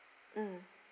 mm